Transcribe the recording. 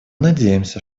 надеемся